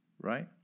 right